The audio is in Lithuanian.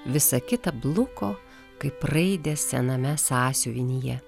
visa kita bluko kaip raidės sename sąsiuvinyje